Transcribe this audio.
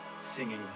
singing